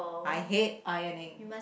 I hate ironing